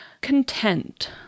content